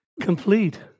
Complete